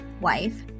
wife